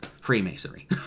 Freemasonry